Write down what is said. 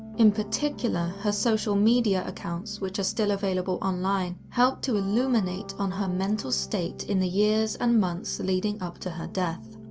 in particular, her social media accounts, which are still available online, help to illuminate on her mental state in the years and months leading up to her death.